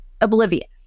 oblivious